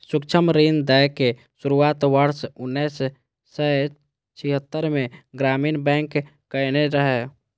सूक्ष्म ऋण दै के शुरुआत वर्ष उन्नैस सय छिहत्तरि मे ग्रामीण बैंक कयने रहै